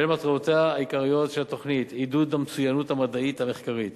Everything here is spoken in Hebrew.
בין מטרותיה העיקריות של התוכנית: עידוד המצוינות המדעית המחקרית,